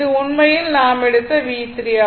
இது உண்மையில் நாம் எடுத்த V3 ஆகும்